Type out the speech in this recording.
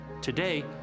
Today